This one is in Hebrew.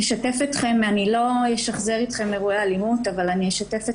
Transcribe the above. לא אשחזר אתכם אירועי אלימות אבל אשתף אתכם.